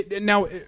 Now